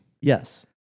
Yes